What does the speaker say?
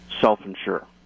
self-insure